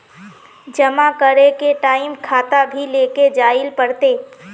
जमा करे के टाइम खाता भी लेके जाइल पड़ते?